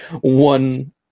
one